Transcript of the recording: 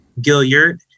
Gilliard